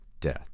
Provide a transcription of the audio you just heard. death